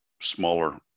smaller